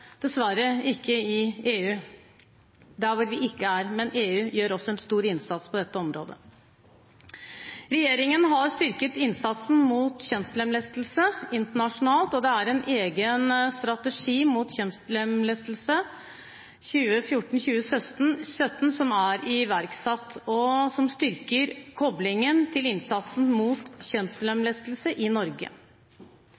dessverre ikke i EU, der vi ikke er med, men EU gjør også en stor innsats på dette området. Regjeringen har styrket innsatsen mot kjønnslemlestelse internasjonalt, og det er iverksatt en egen strategi mot kjønnslemlestelse for perioden 2014–2017, som styrker koblingen til innsatsen mot